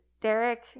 Derek